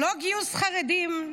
לא גיוס חרדים,